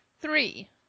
Three